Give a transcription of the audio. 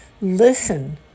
Listen